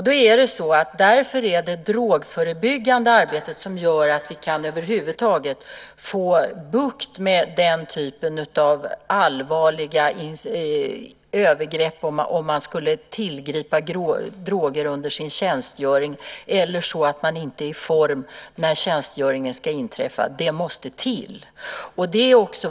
Därför är det det drogförebyggande arbetet som gör att vi över huvud taget kan få bukt med den typen av allvarliga övergrepp som att tillgripa droger under sin tjänstgöring så att man inte är i form när tjänstgöringen ska påbörjas. Det arbetet måste till.